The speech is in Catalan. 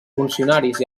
funcionaris